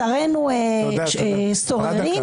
שרינו סוררים -- תודה.